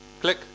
Click